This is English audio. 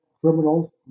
criminals